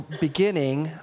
beginning